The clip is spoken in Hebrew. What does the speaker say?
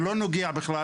לא נוגע בכלל.